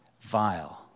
Vile